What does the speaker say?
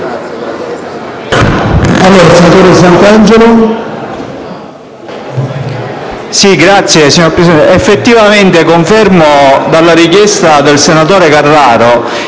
chiari, signor Presidente.